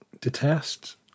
detests